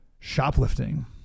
Shoplifting